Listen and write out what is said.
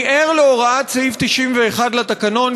אני ער להוראת סעיף 91 לתקנון,